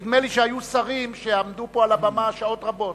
נדמה לי שהיו שרים שעמדו פה על הבמה שעות רבות.